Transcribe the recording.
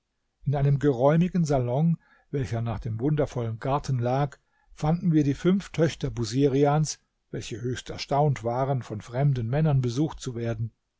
in einem geräumigen salon welcher nach dem wundervollen garten lag fanden wir die fünf töchter busirians welche höchst erstaunt waren von fremden männern besucht zu werden